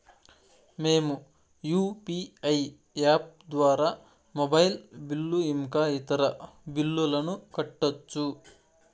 మేము UPI app ద్వారా mobile bill ఇంకా ఇతర బిల్లులను కట్టొచ్చు